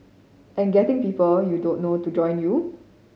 and getting people you don't know to join you